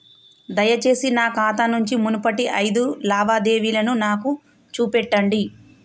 దయచేసి నా ఖాతా నుంచి మునుపటి ఐదు లావాదేవీలను నాకు చూపెట్టండి